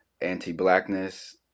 anti-blackness